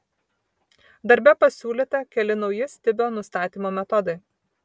darbe pasiūlyta keli nauji stibio nustatymo metodai